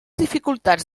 dificultats